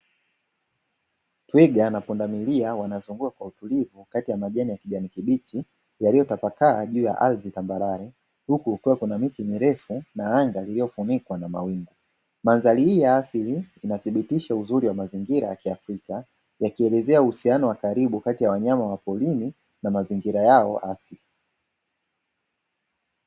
Twiga na pundamilia wanazunguka kwa utulivu kati ya majani ya kijani kibichi, yaliyotapakaa juu ya ardhi za tambarare, huku kuwe kuna miti mirefu na anga iliyofunikwa na mawingu. Mandhari hii ya asili inathibitisha uzuri wa mazingira ya kiafrika, yakielezea uhusiano wa karibu kati ya wanyama wa porini na mazingira yao ya asili.